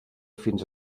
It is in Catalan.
fins